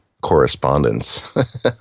correspondence